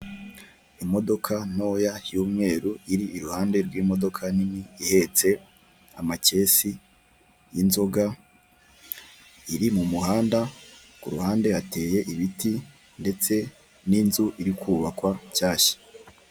Imodoka ntoya y'umweru iri iruhande rw'imodoka nini ihetse amakesi y'inzoga iri mu muhanda, ku ruhande hateye ibiti ndetse n'inzu irikubakwa nshyashya.